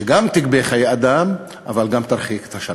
שגם תגבה חיי אדם, אבל גם תרחיק את השלום.